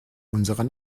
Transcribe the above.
unserer